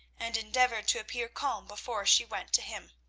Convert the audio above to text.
and endeavoured to appear calm before she went to him.